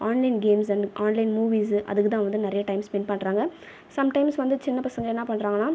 online games and online movies அதுக்குதான் அவங்க வந்து நிறைய டைம் ஸ்பென்ட் பண்ணுறாங்க சம் டைம்ஸ் வந்து சின்ன பசங்கள் என்ன பண்ணுறாங்கன்னா